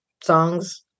songs